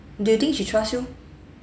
do you think she trust you